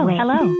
hello